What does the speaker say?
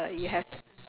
ya